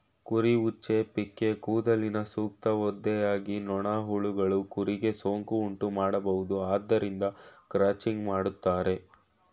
ಕುರಿ ಉಚ್ಚೆ, ಪಿಕ್ಕೇ ಕೂದಲಿನ ಸೂಕ್ತ ಒದ್ದೆಯಾಗಿ ನೊಣ, ಹುಳಗಳು ಕುರಿಗೆ ಸೋಂಕು ಉಂಟುಮಾಡಬೋದು ಆದ್ದರಿಂದ ಕ್ರಚಿಂಗ್ ಮಾಡ್ತರೆ